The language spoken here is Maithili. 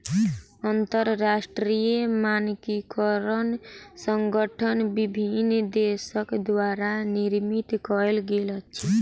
अंतरराष्ट्रीय मानकीकरण संगठन विभिन्न देसक द्वारा निर्मित कयल गेल अछि